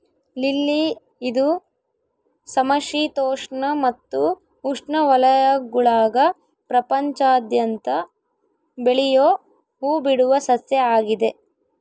lily ಇದು ಸಮಶೀತೋಷ್ಣ ಮತ್ತು ಉಷ್ಣವಲಯಗುಳಾಗ ಪ್ರಪಂಚಾದ್ಯಂತ ಬೆಳಿಯೋ ಹೂಬಿಡುವ ಸಸ್ಯ ಆಗಿದೆ